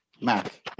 Mac